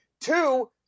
Two